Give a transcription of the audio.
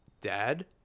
Dad